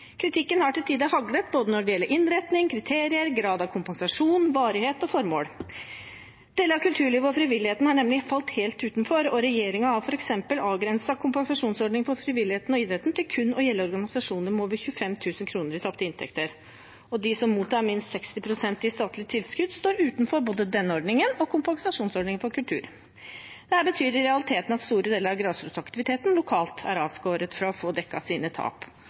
Kritikken har til tider haglet når det gjelder både innretning, kriterier, grad av kompensasjon, varighet og formål. Deler av kulturlivet og frivilligheten har nemlig falt helt utenfor. Regjeringen har f.eks. avgrenset kompensasjonsordningen for frivilligheten og idretten til kun å gjelde organisasjoner med over 25 000 kr i tapte inntekter, og de som mottar minst 60 pst. i statlige tilskudd, står utenfor både denne ordningen og kompensasjonsordningen for kultur. Dette betyr i realiteten at store deler av grasrotaktiviteten lokalt er avskåret fra å få dekket sine tap.